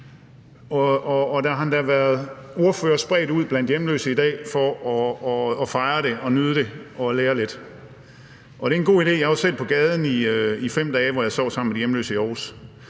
Der har endda været ordførere spredt ud blandt hjemløse i dag for at fejre det og nyde det og lære lidt, og det er en god idé. Jeg var selv på gaden i 5 dage, hvor jeg sov sammen med de hjemløse i Aarhus